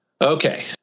Okay